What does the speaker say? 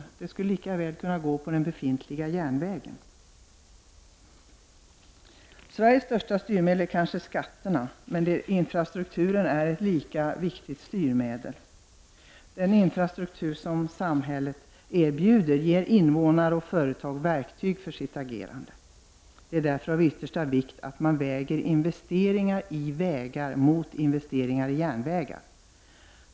Trafiken skulle lika väl kunna gå på den befintliga järnvägen. Sveriges mest omfattande styrmedel kanske är skatterna, men infrastruk turen är ett lika viktigt styrmedel. Den infrastruktur som samhället erbjuder ger invånare och företag verktyg för sitt agerande. Det är därför av yttersta vikt att man väger investeringar i vägar mot investeringar i järnvägar.